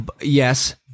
yes